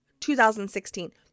2016